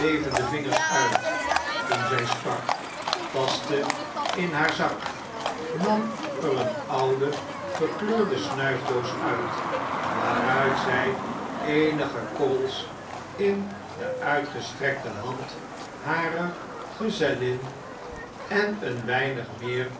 bevende vingers uit toen zij sprak tastte in haar zak nam er eene oude verkleurde snuifdoos uit waaruit zij eenige korrels in de uitgestrekte hand harer gezellin en een weinig meer